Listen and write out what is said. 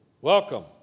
Welcome